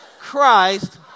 Christ